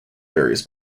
varies